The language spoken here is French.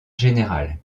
général